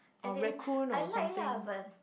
as in I like lah but